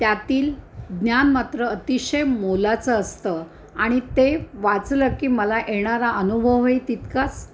त्यातील ज्ञान मात्र अतिशय मोलाचं असतं आणि ते वाचलं की मला येणारा अनुभव ही तितकाच